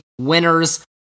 winners